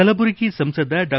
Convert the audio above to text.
ಕಲಬುರಗಿ ಸಂಸದ ಡಾ